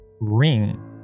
ring